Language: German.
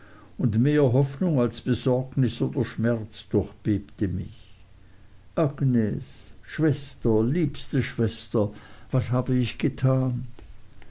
und mehr hoffnung als besorgnis oder schmerz durchbebte mich agnes schwester liebste schwester was habe ich getan